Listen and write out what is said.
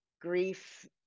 grief